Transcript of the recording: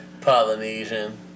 Polynesian